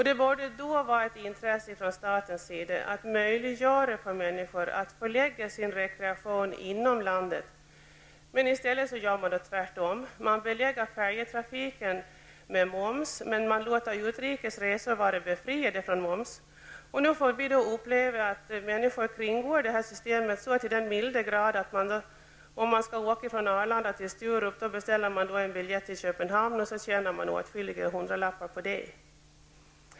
Det borde då vara ett intresse från statens sida att möjliggöra för människor att förlägga sin rekreation inom landet, men i stället gör man tvärtom. Man belägger färjetrafiken med moms men låter utrikes resor var befriade från moms, och nu får vi då uppleva att människor kringgår systemet så till den milda grad att den som skall åka från Arlanda till Sturup beställer biljett till Köpenhamn och tjänar åtskilliga hundralappar på detta.